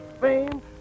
fame